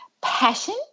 passion